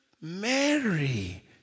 Mary